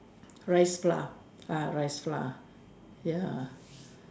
rice flour ah rice flour ya